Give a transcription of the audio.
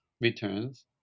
returns